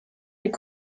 les